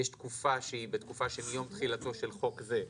יש תקופה שהיא בתקופה של יום תחילתו של חוק זה,